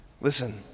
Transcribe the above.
Listen